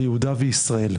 ליהודה וישראל.